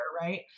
right